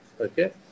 okay